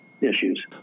issues